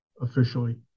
officially